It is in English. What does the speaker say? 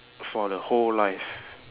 for the whole life